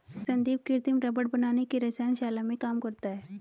संदीप कृत्रिम रबड़ बनाने की रसायन शाला में काम करता है